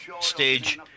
stage